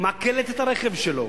היא מעקלת את הרכב שלו,